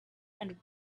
and